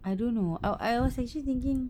I don't know I wa~ I was actually thinking